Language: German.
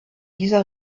dieser